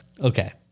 Okay